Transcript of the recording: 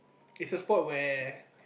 it's a sport where